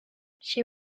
she